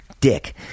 dick